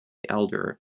elder